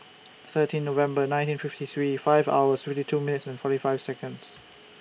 thirteen November nineteen fifty three five hours fifty two minutes and forty five Seconds